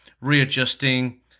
readjusting